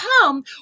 come